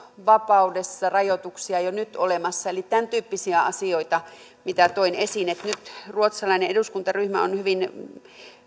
vapaudessa rajoituksia jo nyt olemassa eli tämäntyyppisiä asioita mitä toin esiin nyt ruotsalainen eduskuntaryhmä on hyvin